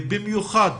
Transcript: במיוחד